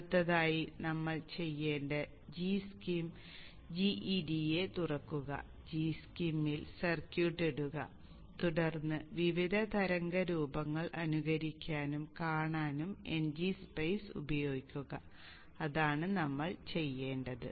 അടുത്തതായി നമ്മൾ ചെയ്യേണ്ടത് gschem gEDA തുറക്കുക gschem ൽ സർക്യൂട്ട് ഇടുക തുടർന്ന് വിവിധ തരംഗരൂപങ്ങൾ അനുകരിക്കാനും കാണാനും ngSpice ഉപയോഗിക്കുക അതാണ് നമ്മൾ ചെയ്യേണ്ടത്